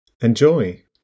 Enjoy